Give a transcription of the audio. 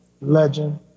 legend